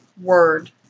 word